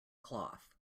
cloth